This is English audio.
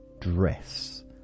dress